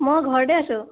মই ঘৰতে আছো